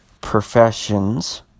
professions